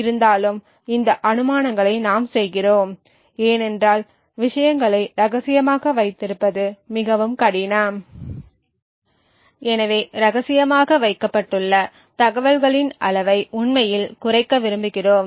இருந்தாலும் இந்த அனுமானங்களை நாம் செய்கிறோம் ஏனென்றால் விஷயங்களை ரகசியமாக வைத்திருப்பது மிகவும் கடினம் எனவே ரகசியமாக வைக்கப்பட்டுள்ள தகவல்களின் அளவை உண்மையில் குறைக்க விரும்புகிறோம்